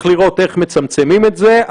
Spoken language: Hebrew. זאת אומרת זה 64% יחד.